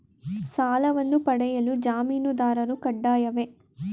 ಸಾಲವನ್ನು ಪಡೆಯಲು ಜಾಮೀನುದಾರರು ಕಡ್ಡಾಯವೇ?